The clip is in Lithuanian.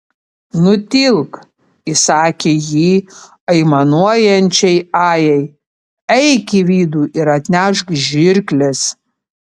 nutilk įsakė ji aimanuojančiai ajai eik į vidų ir atnešk žirkles